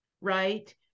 right